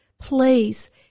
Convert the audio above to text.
please